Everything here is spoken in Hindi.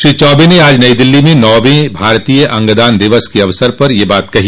श्री चौबे ने आज नई दिल्ली में नौंवे भारतीय अंगदान दिवस के अवसर पर यह बात कही